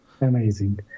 amazing